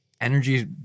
energy